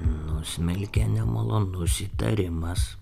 nusmelkė nemalonus įtarimas